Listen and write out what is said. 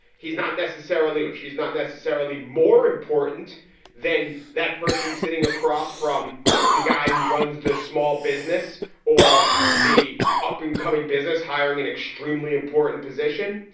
he's not necessarily or she's not necessarily more important than that person sitting across from the guy who runs the small business or the up and coming business hiring an extremely important position.